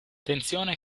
tensione